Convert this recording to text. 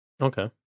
okay